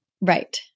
Right